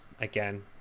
again